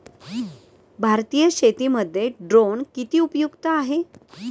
भारतीय शेतीमध्ये ड्रोन किती उपयुक्त आहेत?